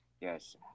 Yes